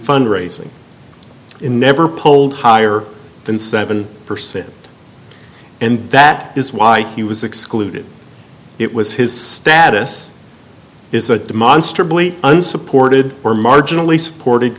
fundraising in never polled higher than seven percent and that is why he was excluded it was his status is a demonstrably unsupported or marginally supported